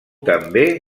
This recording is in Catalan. també